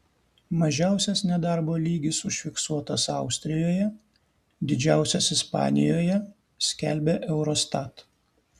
mažiausias nedarbo lygis užfiksuotas austrijoje didžiausias ispanijoje skelbia eurostat